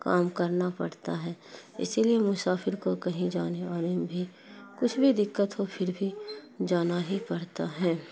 کام کرنا پڑتا ہے اسی لیے مسافر کو کہیں جانے اور آنے میں بھی کچھ بھی دقت ہو پھر بھی جانا ہی پرتا ہے